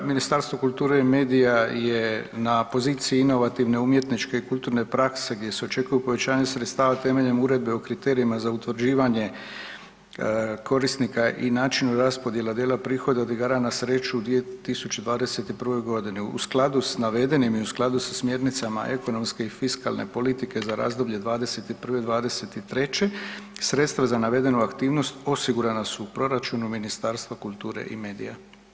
Ministarstvo kulture i medija je na poziciji inovativne umjetničke i kulturne prakse gdje se očekuju povećanja sredstava temeljem Uredbe o kriterijima za utvrđivanje korisnika i načinu raspodjela dijela prihoda od igara na sreću u 2021.g. U skladu s navedenim i u skladu sa smjernicama ekonomske i fiskalne politike za razdoblje '21.-'23. sredstva za navedenu aktivnost osigurana su u proračunu Ministarstva kulture i medija.